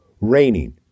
raining